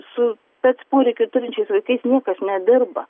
su spec poreikių turinčiais vaikais niekas nedirba